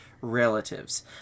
relatives